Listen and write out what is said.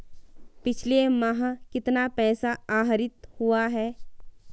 पिछले माह कितना पैसा आहरित हुआ है?